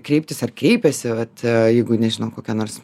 kreiptis ar kreipėsi vat jeigu nežinau kokia nors